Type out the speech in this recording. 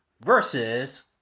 versus